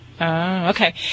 Okay